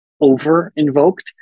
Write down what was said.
over-invoked